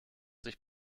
sich